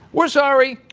we're sorry.